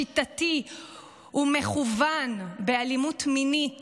שיטתי ומכוון באלימות מינית